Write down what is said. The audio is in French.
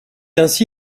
ainsi